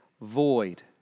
void